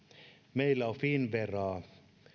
meillä on finnveraa